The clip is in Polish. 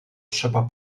trzeba